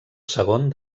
segon